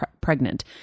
pregnant